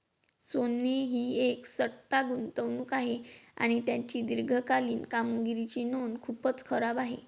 सोने ही एक सट्टा गुंतवणूक आहे आणि त्याची दीर्घकालीन कामगिरीची नोंद खूपच खराब आहे